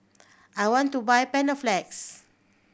I want to buy Panaflex